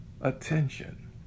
attention